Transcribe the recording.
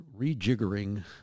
rejiggering